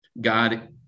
God